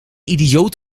idioot